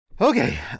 Okay